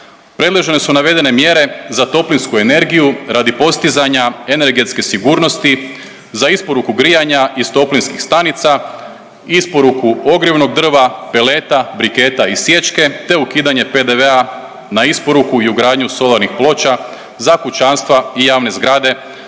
predložene su navedene mjere za toplinsku energiju radi postizanja energetske sigurnosti za isporuku grijanja iz toplinskih stanica, isporuku ogrjevnog drva, peleta, briketa i sječke, te ukidanje PDV-a na isporuku i ugradnju solarnih ploča za kućanstva i javne zgrade